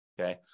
Okay